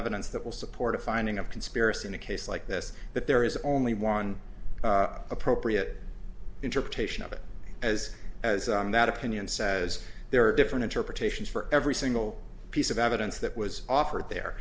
evidence that will support a finding of conspiracy in a case like this that there is only one appropriate interpretation of it as as i'm that opinion says there are different interpretations for every single piece of evidence that was offered the